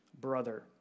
brother